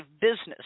business